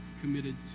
committed